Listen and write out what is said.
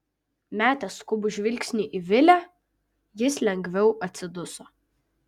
metęs skubų žvilgsnį į vilę jis lengviau atsiduso